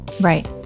Right